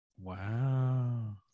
wow